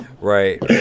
right